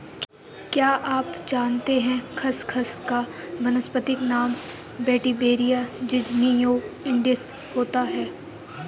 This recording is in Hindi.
क्या आप जानते है खसखस का वानस्पतिक नाम वेटिवेरिया ज़िज़नियोइडिस होता है?